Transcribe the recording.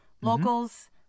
locals